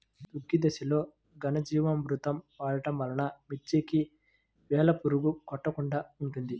దుక్కి దశలో ఘనజీవామృతం వాడటం వలన మిర్చికి వేలు పురుగు కొట్టకుండా ఉంటుంది?